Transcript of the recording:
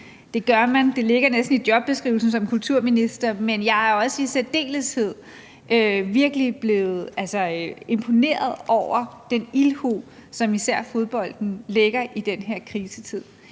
til fulde. Det ligger næsten i jobbeskrivelsen som kulturminister, men jeg er også i særdeleshed virkelig blevet imponeret over den ildhu, som især fodboldverdenen viser i den her krisetid